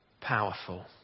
powerful